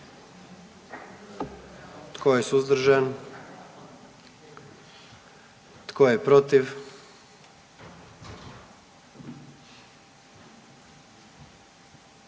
Tko je suzdržan? I tko je protiv?